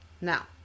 Now